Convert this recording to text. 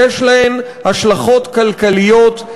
יש להן השלכות כלכליות,